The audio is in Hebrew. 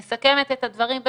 אני מסכמת את הדברים במשפט,